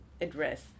address